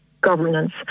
governance